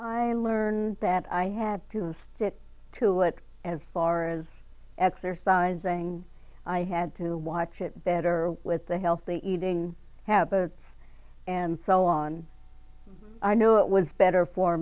i learn that i had to stick to it as far as exercising i had to watch it better with the healthy eating habits and so on i know it was better for